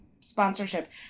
sponsorship